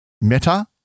Meta